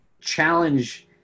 challenge